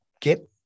get